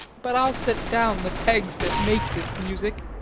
but i'll set down the pegs that make this music,